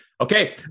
Okay